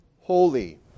holy